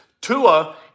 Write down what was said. Tua